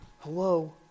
hello